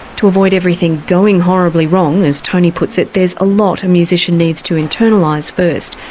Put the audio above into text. to avoid everything going horribly wrong, as tony puts it, there's a lot a musician needs to internalise first,